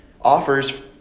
offers